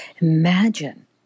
Imagine